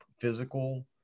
physical